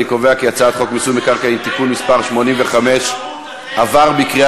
אני קובע כי הצעת חוק מיסוי מקרקעין (תיקון מס' 85) עברה בקריאה